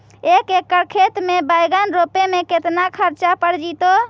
एक एकड़ खेत में बैंगन रोपे में केतना ख़र्चा पड़ जितै?